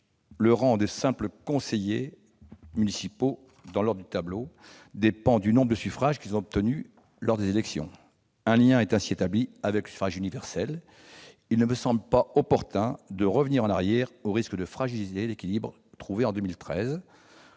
le rang des simples conseillers municipaux dans l'ordre du tableau dépend du nombre de suffrages qu'ils ont obtenus lors des élections. Un lien est ainsi établi avec le suffrage universel. Il ne me semble pas opportun de revenir en arrière, au risque de fragiliser l'équilibre trouvé en 2013.